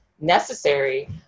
necessary